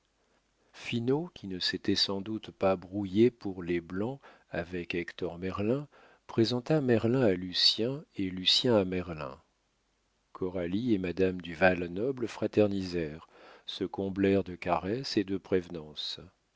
finot qui ne s'était sans doute pas brouillé pour les blancs avec hector merlin présenta merlin à lucien et lucien à merlin coralie et madame du val-noble fraternisèrent se comblèrent de caresses et de prévenances